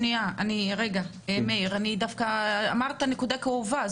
אמרת נקודה כאובה.